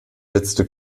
letzte